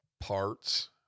parts